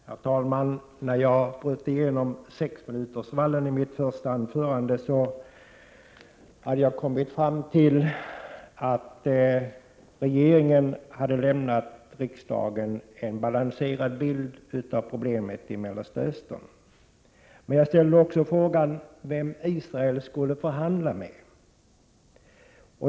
Herr talman! När jag bröt igenom sexminutersvallen i mitt första anförande hade jag framhållit att regeringen har lämnat riksdagen en balanserad bild av problemen i Mellersta Östern. Jag ställde också frågan vem Israel skall förhandla med.